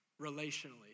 relationally